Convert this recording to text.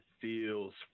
feels